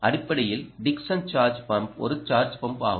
அடிப்படையில் Dickson charge pump ஒரு charge pump ஆகும்